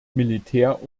militär